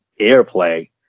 airplay